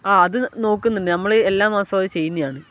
ആ അത് നോക്കുന്നുണ്ട് നമ്മൾ എല്ലാ മാസവും അത് ചെയ്യുന്നതാണ്